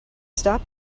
stop